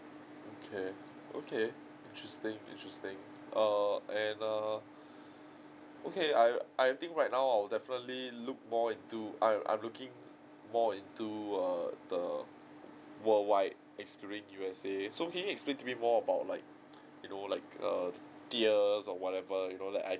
okay okay interesting interesting err and err okay I I think right now I'll definitely look more into I'm I'm looking more into err the worldwide excluding U_S_A so can you explain to me more about like you know like uh tiers or whatever you know like I